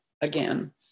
again